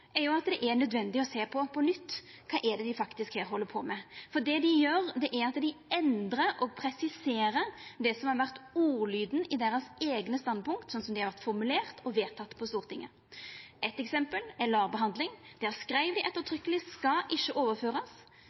å sjå på kva me eigentleg held på med her. Det dei gjer, er at dei endrar og presiserer det som har vore ordlyden i deira eigne standpunkt, slik som dei har vore formulerte og vedtekne på Stortinget. Eitt eksempel er LAR-behandling. Der skreiv dei ettertrykkjeleg: skal ikkje overførast,